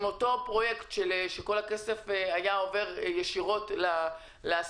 אם כל הכסף באותו פרויקט היה עובר ישירות לעסקים